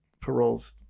paroles